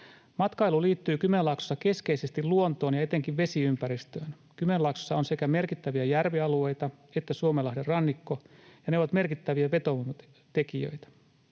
”Matkailu liittyy Kymenlaaksossa keskeisesti luontoon ja etenkin vesiympäristöön. Kymenlaaksossa on sekä merkittäviä järvialueita että Suomenlahden rannikko, ja ne ovat merkittäviä vetovoimatekijöitä.